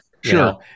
Sure